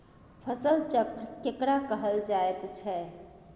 फसल चक्र केकरा कहल जायत छै?